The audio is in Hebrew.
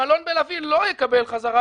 המלון בלביא לא יקבל חזרה,